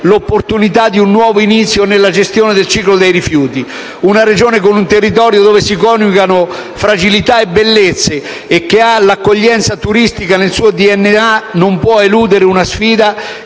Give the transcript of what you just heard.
l'opportunità di un nuovo inizio nella gestione del ciclo dei rifiuti. Una Regione con un territorio dove si coniugano fragilità e bellezze e che ha l'accoglienza turistica nel suo DNA non può eludere una sfida